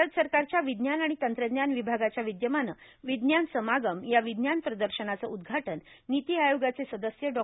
भारत सरकारच्या विज्ञान आणि तंत्रज्ञान विभागाच्या विद्यमानं विज्ञान समागम या विज्ञान प्रदर्शनाचं उद्घाटन नीती आयोगाचे सदस्य डॉ